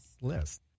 list